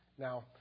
Now